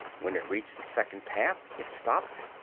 when it reached the second path it stopped,